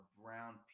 brown